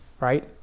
right